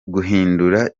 guhindura